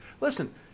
listen